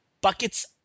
Buckets